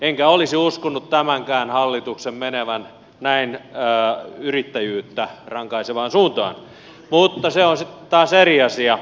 enkä olisi uskonut tämänkään hallituksen menevän näin yrittäjyyttä rankaisevaan suuntaan mutta se on sitten taas eri asia